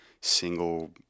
single